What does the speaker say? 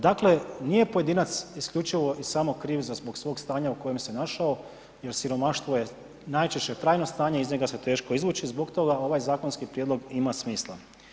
Dakle, nije pojedinac isključivo i samo kriv zbog svog stanja u kojem se našao jer siromaštvo je najčešće trajno stanje, iz njega se teško izvući, zbog toga ovaj zakonski prijedlog ima smisla.